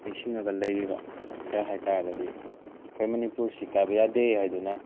ꯅꯤꯡꯁꯤꯡꯉꯒ ꯂꯩꯔꯤꯕ ꯈꯔ ꯍꯥꯏ ꯇꯥꯔꯒꯗꯤ ꯑꯩꯈꯣꯏ ꯃꯅꯤꯄꯨꯔꯁꯤ ꯀꯥꯏꯕ ꯌꯥꯗꯦ ꯍꯥꯏꯗꯨꯅ